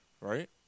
right